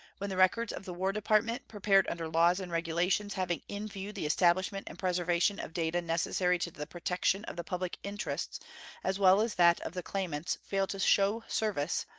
when the records of the war department, prepared under laws and regulations having in view the establishment and preservation of data necessary to the protection of the public interests as well as that of the claimants, fail to show service,